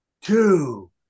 two